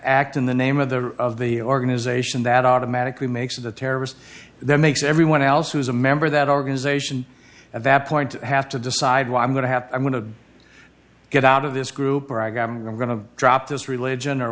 act in the name of the of the organization that automatically makes the terrorist that makes everyone else who is a member of that organization at that point i have to decide what i'm going to have i'm going to get out of this group or i got i'm going to drop this religion or